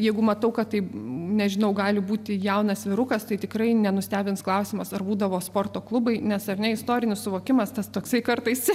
jeigu matau kad tai nežinau gali būti jaunas vyrukas tai tikrai nenustebins klausimas ar būdavo sporto klubai nes ar ne istorinis suvokimas tas toksai kartais